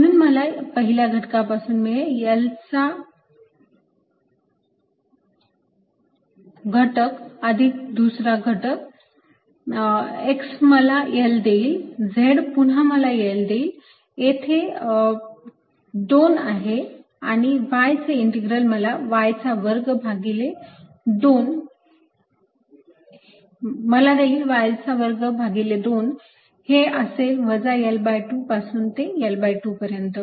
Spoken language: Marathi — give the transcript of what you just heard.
म्हणून मला पहिल्या घटकापासून मिळेल L चा घन अधिक दुसरा घटक x मला L देईल z सुद्धा पुन्हा मला L देईल येथे 2 आहे आणि y चे इंटीग्रल मला देईल y चा वर्ग भागिले 2 हे असेल वजा L2 पासून ते L2 पर्यंत